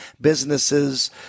businesses